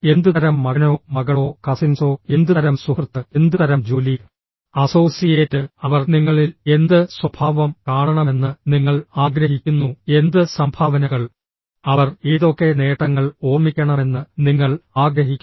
എന്തുതരം മകനോ മകളോ കസിൻസോ എന്തുതരം സുഹൃത്ത് എന്തുതരം ജോലി അസോസിയേറ്റ് അവർ നിങ്ങളിൽ എന്ത് സ്വഭാവം കാണണമെന്ന് നിങ്ങൾ ആഗ്രഹിക്കുന്നു എന്ത് സംഭാവനകൾ അവർ ഏതൊക്കെ നേട്ടങ്ങൾ ഓർമ്മിക്കണമെന്ന് നിങ്ങൾ ആഗ്രഹിക്കുന്നു